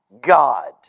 God